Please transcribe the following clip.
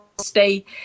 stay